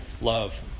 love